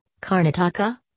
Karnataka